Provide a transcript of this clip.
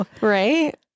right